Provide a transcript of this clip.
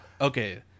okay